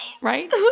right